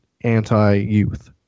anti-youth